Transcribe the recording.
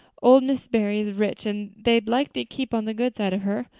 old miss barry is rich and they'd like to keep on the good side of her.